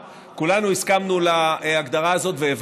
על דעתם של כל חברי הוועדה.